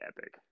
epic